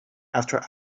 after